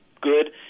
good